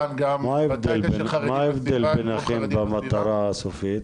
מה ההבדל ביניכם במטרה הסופית?